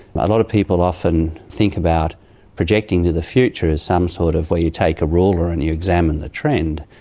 a lot of people often think about projecting into the future as um sort of where you take a ruler and you examine the trend,